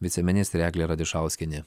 viceministrė eglė radišauskienė